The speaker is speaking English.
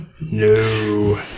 No